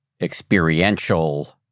experiential